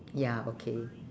ya okay